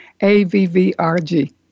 AVVRG